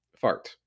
fart